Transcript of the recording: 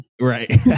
right